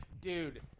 dude